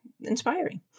inspiring